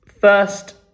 first